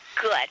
good